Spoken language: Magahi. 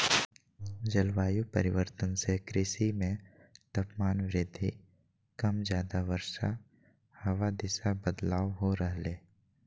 जलवायु परिवर्तन से कृषि मे तापमान वृद्धि कम ज्यादा वर्षा हवा दिशा बदलाव हो रहले